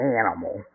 animal